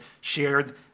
shared